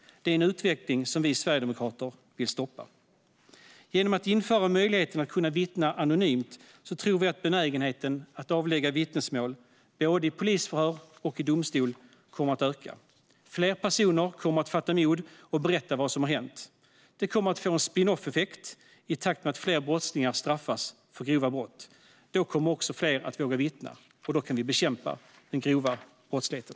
Detta är en utveckling som vi sverigedemokrater vill stoppa. Genom att man inför möjligheten att vittna anonymt tror vi att benägenheten att avlägga vittnesmål, både i polisförhör och i domstol, kommer att öka. Fler personer kommer att fatta mod och berätta vad som har hänt. Det kommer att få en spinoff-effekt i takt med att fler brottslingar straffas för grova brott. Då kommer också fler att våga vittna, och då kan vi bekämpa den grova brottsligheten.